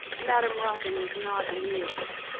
madame ruffin was not amused.